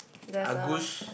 there is a